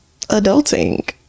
adulting